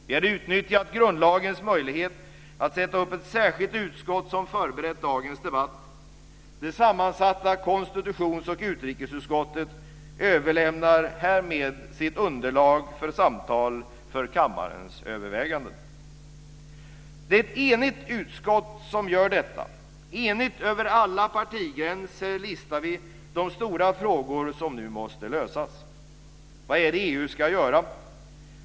Vi har utnyttjat grundlagens möjlighet att sätta upp ett särskilt utskott, som förberett dagens debatt. Det sammansatta konstitutions och utrikesutskottet överlämnar härmed sitt underlag för samtal och för kammarens överväganden. Det är ett enigt utskott som gör detta - enigt över alla partigränser visavi de stora frågor som nu måste lösas. Vad är det EU ska göra?